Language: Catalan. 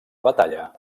batalla